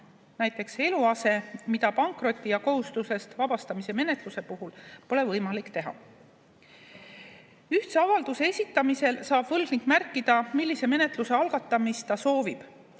näiteks eluase, mida pankroti ja kohustustest vabastamise menetluse puhul pole võimalik teha. Ühtse avalduse esitamisel saab võlgnik märkida, millise menetluse algatamist ta soovib,